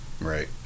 Right